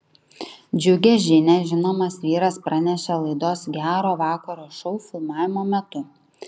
džiugią žinią žinomas vyras pranešė laidos gero vakaro šou filmavimo metu